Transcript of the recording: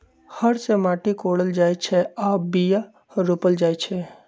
हर से माटि कोरल जाइ छै आऽ बीया रोप्ल जाइ छै